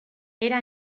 era